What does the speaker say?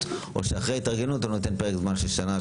או שאחרי ההתארגנות הוא נותן פרק זמן של שנה,